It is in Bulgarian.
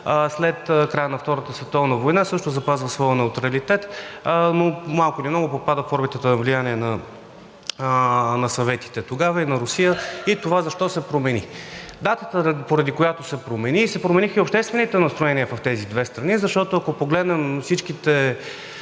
след края на Втората световна война също запазва своя неутралитет, но малко или много попада в орбитата на влияние на Съветите тогава и на Русия. И това защо се промени? Датата, поради която се промениха обществените настроения в тези две страни, защото, ако погледнем всички